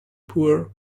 poor